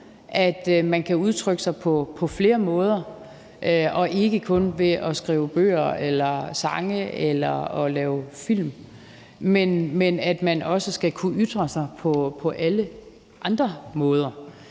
at man kan udtrykke sig på flere måder og ikke kun ved at skrive bøger eller sange eller lave film, men også ytre sig på alle andre måder.